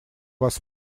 вас